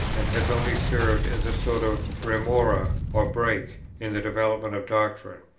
and has only served as a sort of remora or break in the development of doctrine.